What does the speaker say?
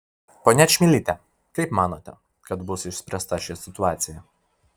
ponia čmilyte kaip manote kad bus išspręsta ši situacija